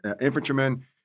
infantrymen